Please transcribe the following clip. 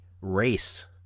race